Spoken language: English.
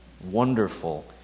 Wonderful